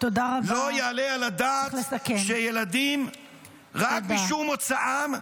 לא יעלה על הדעת שילדים אוטיסטים, רק משום מוצאם,